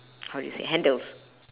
how do you say handles